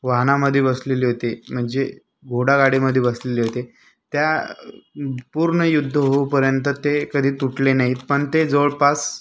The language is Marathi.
वाहनामध्ये बसलेले होते म्हणजे घोडागाडीमध्ये बसलेले होते त्या पूर्ण युद्ध होऊपर्यंत ते कधी तुटले नाहीत पण ते जवळपास